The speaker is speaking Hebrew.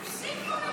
תפסיק כבר לדבר ככה.